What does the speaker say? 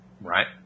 right